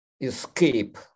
escape